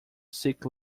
sick